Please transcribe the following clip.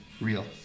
real